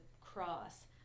cross